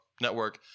Network